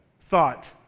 thought